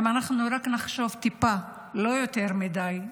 אם אנחנו רק נחשוב טיפה, לא יותר מדי,